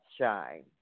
shine